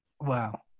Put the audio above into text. Wow